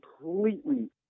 completely